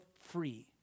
free